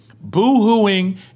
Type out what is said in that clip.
Boo-hooing